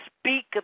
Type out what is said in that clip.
speak